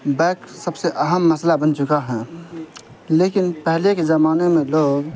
bike سب سے اہم مسئلہ بن چکا ہیں لیکن پہلے کے زمانے میں لوگ